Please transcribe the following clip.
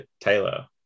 Taylor